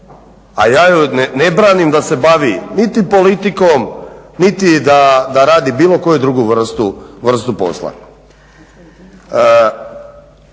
a ja joj ne branim da se bavi niti politikom, niti da radi bilo koju drugu vrstu posla.